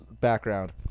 background